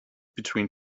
between